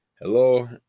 Hello